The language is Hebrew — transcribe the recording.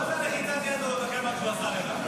מה זו לחיצת היד הזאת אחרי מה שהוא עשה לך?